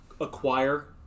acquire